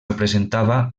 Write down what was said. representava